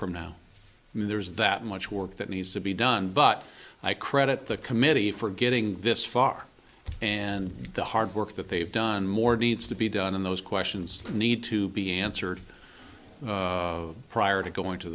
from now when there's that much work that needs to be done but i credit the committee for getting this far and the hard work that they've done more deeds to be done and those questions need to be answered prior to going to